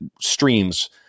streams